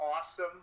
awesome